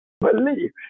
believe